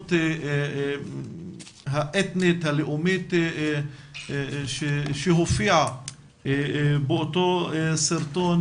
העליונות האתנית הלאומית שהופיעה באותו סרטון